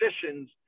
positions